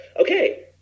okay